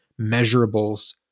measurables